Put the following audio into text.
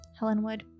Helenwood